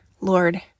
Lord